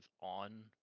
on